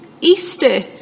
Easter